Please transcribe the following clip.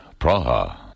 Praha